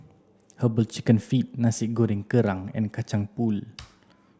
herbal chicken feet nasi goreng kerang and kacang pool